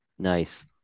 Nice